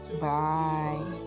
Bye